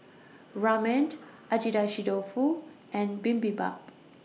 Ramen Agedashi Dofu and Bibimbap